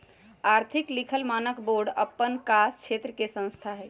आर्थिक लिखल मानक बोर्ड अप्पन कास क्षेत्र के संस्था हइ